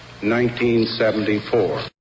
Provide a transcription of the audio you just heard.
1974